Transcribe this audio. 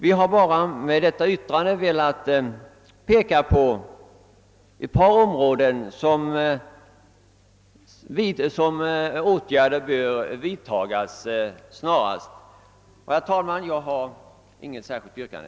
Vi har endast med vårt yttrande velat påpeka vikten av att åtgärder vidtas omgående på vissa områden. Herr talman! Jag har inget yrkande.